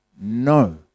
No